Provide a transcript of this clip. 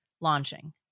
launching